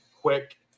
quick